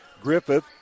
Griffith